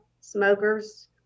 smokers